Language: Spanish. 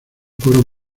coro